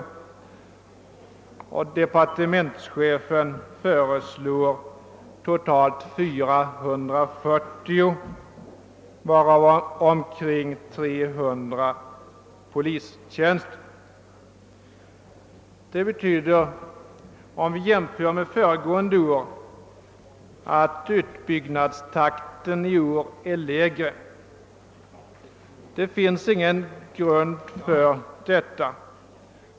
Departementschefen föreslår totalt 4490, varav omkring 300 polistjänster. Det betyder att utbyggnadstakten nästa år blir lägre än innevarande år. Det finns ingen grund härför.